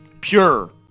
Pure